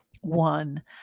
one